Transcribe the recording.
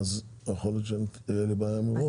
ואם זה מספק אותם אז אין בעיה.